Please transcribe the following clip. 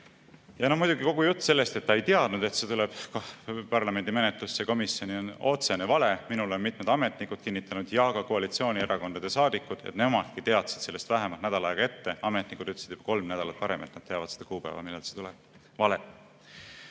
Ja muidugi kogu jutt sellest, et ta ei teadnud, et see tuleb parlamendi menetlusse, komisjoni, on otsene vale. Minule on mitmed ametnikud kinnitanud ja ka koalitsioonierakondade saadikud, et nemadki teadsid sellest vähemalt nädal aega ette. Ametnikud ütlesid kolm nädalat varem, et nad teavad seda kuupäeva, millal see tuleb. Vale!